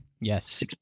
Yes